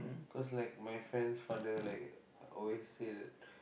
cause like my friend's father like always say